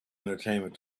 entertainment